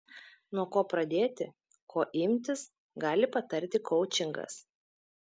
nuo ko pradėti ko imtis gali patarti koučingas